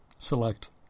select